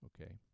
Okay